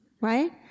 Right